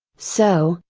so,